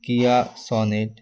Kia sonnet